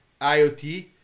IoT